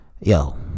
yo